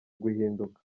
guhinduka